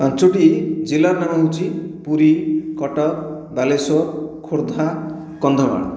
ପାଞ୍ଚୋଟି ଜିଲ୍ଲାର ନାମ ହେଉଛି ପୁରୀ କଟକ ବାଲେଶ୍ୱର ଖୋର୍ଦ୍ଧା କନ୍ଧମାଳ